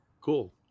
cool